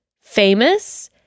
famous